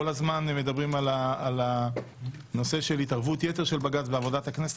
הזמן מדברים על הנושא של התערבות יתר של בג"ץ בעבודת הכנסת.